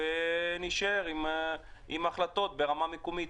ונישאר עם החלטות ברמה מקומית.